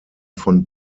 von